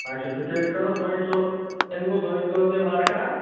اچھا تہٕ تیٚلہِ کَرو دۄیہِ دۄہ تیٚلہِ گوٚو دۄیہِ ژورِ دۄہہِ وارٕ کارٕ